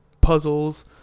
puzzles